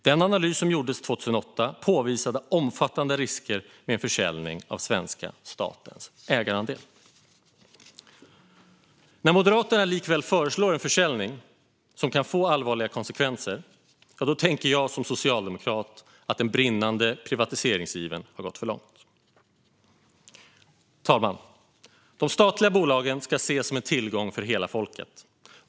Den analys som gjordes 2008 påvisade omfattande risker med en försäljning av svenska statens ägarandel." När Moderaterna likväl föreslår en försäljning som kan få allvarliga konsekvenser tycker jag som socialdemokrat att den brinnande privatiseringsivern har gått för långt. Fru talman! De statliga bolagen ska ses som en tillgång för hela folket.